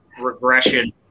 regression